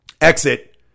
exit